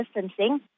distancing